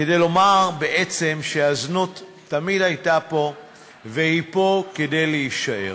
כדי לומר בעצם שהזנות תמיד הייתה פה והיא פה כדי להישאר,